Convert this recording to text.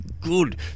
good